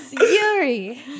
Yuri